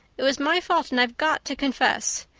it was my fault and i've got to confess.